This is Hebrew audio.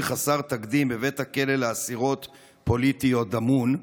חסר תקדים בבית הכלא לאסירות פוליטיות דמון,